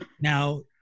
Now